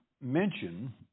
mention